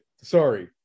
Sorry